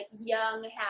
young